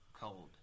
cold